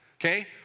okay